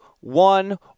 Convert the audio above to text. one